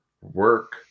work